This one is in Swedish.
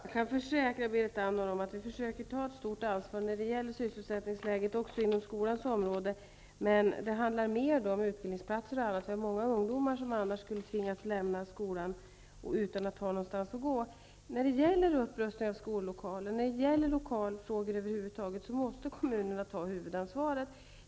Fru talman! Jag försäkrar Berit Andnor att vi försöker att ta ett stort ansvar när det gäller sysselsättningsläget också inom skolans område, men det handlar då mer om utbildningsplatser och liknande -- vi har många ungdomar som annars skulle tvingas lämna skolan utan att ha någonstans att gå. När det gäller upprustning av skollokaler, när det gäller lokalfrågor över huvud taget, måste kommunerna ta huvudansvaret.